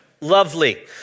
Lovely